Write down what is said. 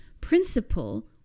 principle